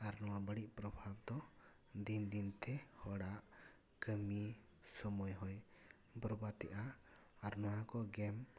ᱱᱚᱣᱟ ᱵᱟᱹᱲᱤᱡ ᱯᱨᱵᱷᱟᱵ ᱫᱚ ᱫᱤᱱ ᱫᱤᱱ ᱛᱮ ᱦᱚᱲᱟᱜ ᱠᱟᱹᱢᱤ ᱥᱳᱢᱳᱭ ᱦᱚᱭ ᱵᱚᱨᱵᱟᱫᱮᱜᱼᱟ ᱟᱨ ᱱᱚᱣᱟ ᱠᱚ ᱜᱮᱢ